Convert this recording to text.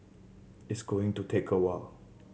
it's going to take a while